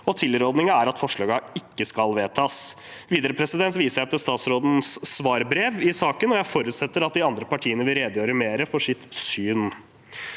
og tilrådingen er at forslagene ikke skal vedtas. Videre viser jeg til statsrådens svarbrev i saken, og jeg forutsetter at de andre partiene vil redegjøre mer for sitt syn.